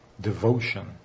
devotion